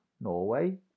Norway